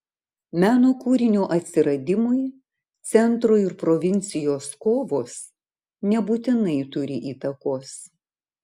meno kūrinio atsiradimui centro ir provincijos kovos nebūtinai turi įtakos